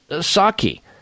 Saki